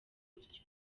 gutyo